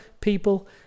people